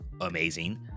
amazing